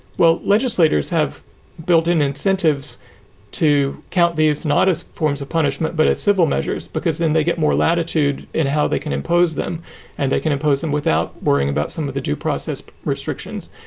well, legislators have built in incentives to count these not as forms of punishment, but as civil measures, because then they get more latitude in how they can impose them and they can impose them without worrying about some of the due process restrictions.